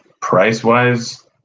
price-wise